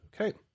Okay